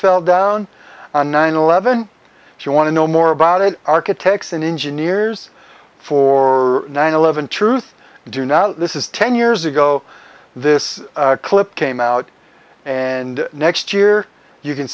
fell down on nine eleven if you want to know more about it architects and engineers for nine eleven truth do not this is ten years ago this clip came out and next year you can